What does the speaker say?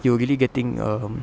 you're really getting um